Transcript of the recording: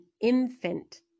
infant